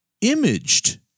imaged